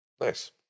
nice